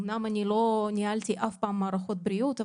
אמנם אני לא ניהלתי אף פעם מערכות בריאות,